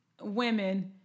women